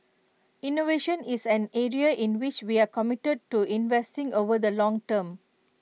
innovation is an area in which we are committed to investing over the long term